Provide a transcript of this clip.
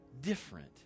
different